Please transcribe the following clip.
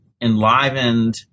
enlivened